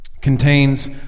contains